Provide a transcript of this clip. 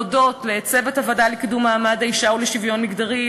להודות לצוות הוועדה לקידום מעמד האישה ולשוויון מגדרי,